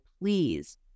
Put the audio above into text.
please